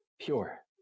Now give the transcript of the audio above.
pure